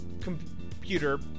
computer